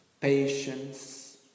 Patience